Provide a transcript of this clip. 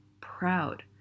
proud